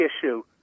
issue